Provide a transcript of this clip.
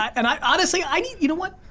and i honestly, i need, you know what?